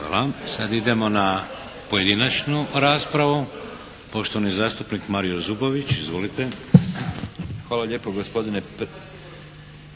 Hvala. Sad idemo na pojedinačnu raspravu. Poštovani zastupnik Marijo Zubović. Izvolite. **Zubović, Mario (HDZ)** Hvala lijepo gospodine